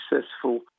successful